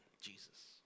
Jesus